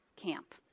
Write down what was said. camp